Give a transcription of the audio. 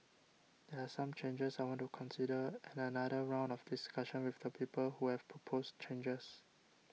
there are some changes I want to consider and another round of discussion with the people who have proposed changes